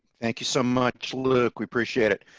thank you so much. look, we appreciate it.